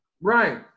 Right